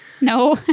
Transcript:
No